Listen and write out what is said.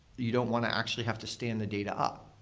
you don't want to actually have to stand the data up.